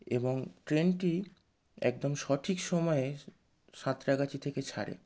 এবং ট্রেনটি একদম সঠিক সময়ে সাঁতরাগাছি থেকে ছাড়ে